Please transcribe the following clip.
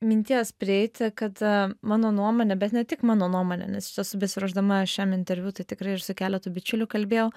minties prieiti kad mano nuomone bet ne tik mano nuomone nes iš tiesų besiruošdama šiam interviu tai tikrai ir su keletu bičiulių kalbėjau